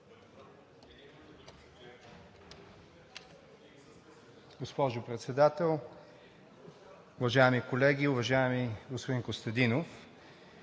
Госпожо Председател, уважаеми колеги! Уважаеми господин Костадинов,